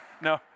No